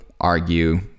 argue